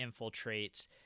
infiltrates